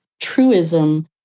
truism